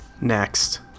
Next